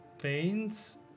veins